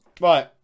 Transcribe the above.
Right